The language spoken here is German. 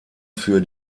für